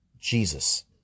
Jesus